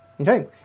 okay